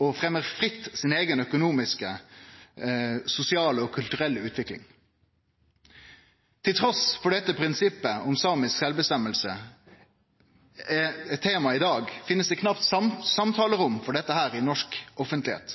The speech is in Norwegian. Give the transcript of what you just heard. og fremmer fritt sin egen økonomiske, sosiale og kulturelle utvikling.» Trass i at prinsippet om samars sjølvråderett er tema i dag, finst det knapt samtalerom for dette i norsk offentlegheit.